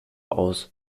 aus